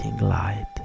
light